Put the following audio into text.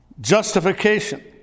Justification